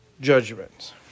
judgments